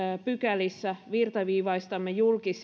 pykälissä virtaviivaistamme